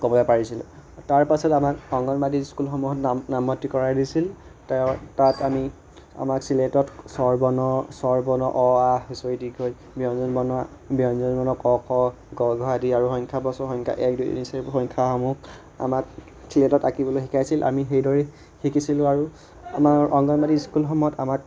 ক'ব পাৰিছিলোঁ তাৰপাছত আমাক অংগনবাদী স্কুলসমূহত নাম নামভৰ্তি কৰাই দিছিল তাত আমাক চিলেটত স্বৰবৰ্ণ অ আ হছই দীৰ্ঘই ব্যঞ্জন বৰ্ণ ব্যঞ্জন বৰ্ণ ক খ গ ঘ আদি আৰু সংখ্যা বাছো সংখ্যা এক দুই তিনি চাৰি আদি সংখ্যাসমূহ আমাক ছিলেটত আঁকিবলৈ শিকাইছিল আমি সেইদৰে শিকিছিলোঁ আৰু আমাৰ অংগনবাদী স্কুলসমূহত আমাক